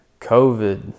COVID